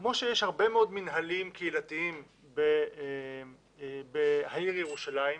כמו שיש הרבה מאוד מינהלים קהילתיים בעיר ירושלים,